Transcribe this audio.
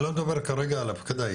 אני לא מדבר כרגע על הפקדה,